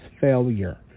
failure